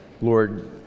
Lord